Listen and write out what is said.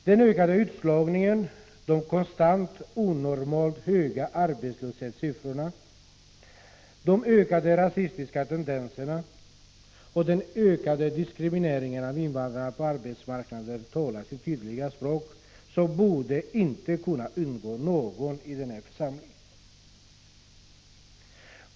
Den ökade utslagningen, de konstant onormalt höga arbetslöshetssiffrorna, de ökade rasistiska tendenserna och den ökade diskrimineringen av invandrare på arbetsmarknaden talar sitt tydliga språk, som inte borde kunna undgå någon i den här församlingen.